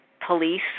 police